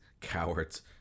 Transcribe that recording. Cowards